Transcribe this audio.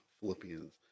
Philippians